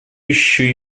еще